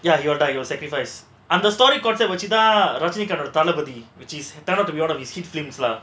ya he will die he will sacrifice அந்த:andha story concept வச்சுதான் ரஜினிகாந்தோட தளபதி:vachuthaan rajinikanthoda thalapathi his films lah